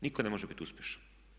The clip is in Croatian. Nitko ne može biti uspješan.